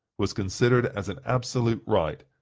was considered as an absolute right,